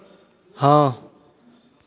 हाँ